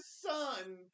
son